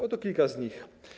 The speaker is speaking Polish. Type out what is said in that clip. Oto kilka z nich.